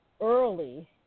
early